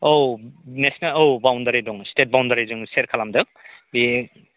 औ औ बाउण्डारि दं स्टेट बाउण्डारि जोङो सेयार खालामदों बे